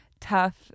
tough